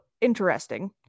interesting